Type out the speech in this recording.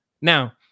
Now